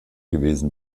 gewesen